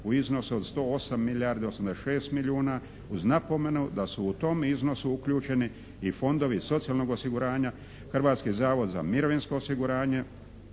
u iznosu od 108 milijardi 86 milijuna uz napomenu da su u tom iznosu uključeni i fondovi socijalnog osiguranja, Hrvatski zavod za mirovinsko osiguranje,